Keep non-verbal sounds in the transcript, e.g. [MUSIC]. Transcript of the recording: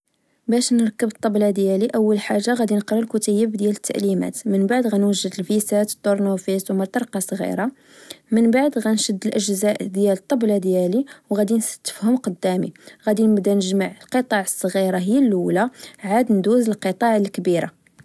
باش نركب الطبلة ديالي، أول حاجة غدي نقرى الكتيب ديال التعليمات، من بعد غنوجد الڤيسات، طورنوفيس ومطرقة صغيرة. [NOISE] من بعد غنشد الأجزاء ديال الطبلة ديالي وغدي نستفهم قدامي، غدي نبدا نجمع القطع الصغيرة هي اللولة، عاد ندوز للقطع الكبيرة